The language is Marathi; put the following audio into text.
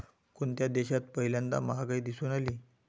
कोणत्या देशात पहिल्यांदा महागाई दिसून आली?